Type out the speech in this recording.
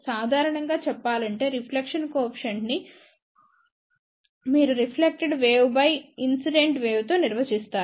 సాధారణంగాచెప్పాలంటే reflection coefficient ని మీరు reflected wave by incident wave తో నిర్వచిస్తారు